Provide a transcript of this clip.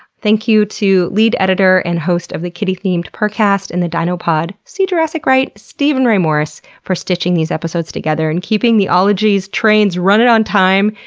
thank you to lead editor and host of the kitty themed purrrcast and the dino pod see jurassic right, steven ray morris for stitching these episodes together and keeping the ologies trains running on time.